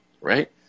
right